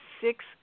six